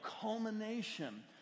culmination